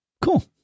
Cool